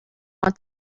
want